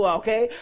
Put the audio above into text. okay